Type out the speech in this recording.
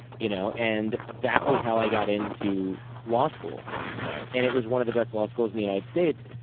you know and that was how i got into law school nice and it was one of the best law schools in the united states.